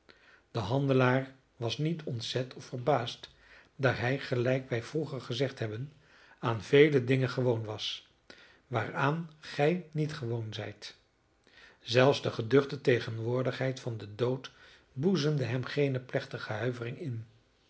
de handelaar was niet ontzet of verbaasd daar hij gelijk wij vroeger gezegd hebben aan vele dingen gewoon was waaraan gij niet gewoon zijt zelfs de geduchte tegenwoordigheid van den dood boezemde hem geene plechtige huivering in